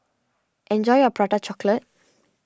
enjoy your Prata Chocolate